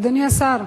אדוני השר,